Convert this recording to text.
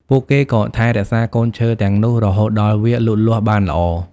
ពួកគេក៏ថែរក្សាកូនឈើទាំងនោះរហូតដល់វាលូតលាស់បានល្អ។